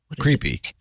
Creepy